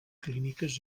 clíniques